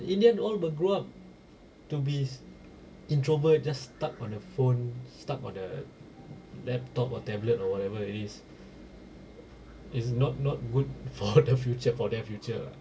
in the end all will grow up to be introvert just stuck on the phone stuck on the laptop or tablet or whatever it is it's not not good for the future for their future ah